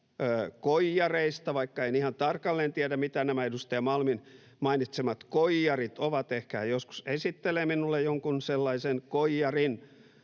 koijareista, vaikka en ihan tarkalleen tiedä, mitä nämä edustaja Malmin mainitsemat koijarit ovat. Ehkä hän joskus esittelee minulle jonkun sellaisen koijarin.